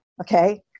Okay